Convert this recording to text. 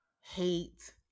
hate